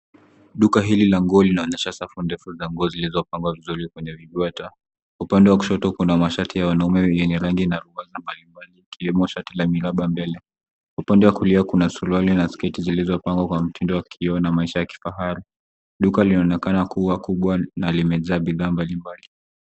Duka hili la nguo linaonyesha safu ndefu za nguo zilizo pangwa vizuri kwenye vibweta .Upande wa kushoto kuna masharti ya wanaume yenye rangi inaonekana mbalimbali na raba mbele, upande wa kulia kuna suruali na sketi zilizopangwa kwa mtindo wa kipekee na maisha ya kifahari. Duka linaonekana kuwakubwa na imejaa bidhaa mbalimbali.